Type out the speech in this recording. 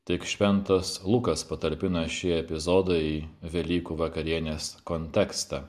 tik šventas lukas patalpina šį epizodą į velykų vakarienės kontekstą